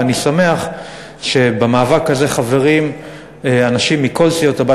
ואני שמח שבמאבק הזה חברים אנשים מכל סיעות הבית,